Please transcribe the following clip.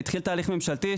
התחיל תהליך ממשלתי,